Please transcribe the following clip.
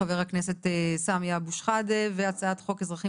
חבר הכנסת סמי אבו שחאדה; הצעת חוק האזרחים